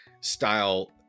style